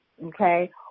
okay